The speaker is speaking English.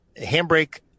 Handbrake